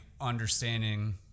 understanding